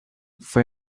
fue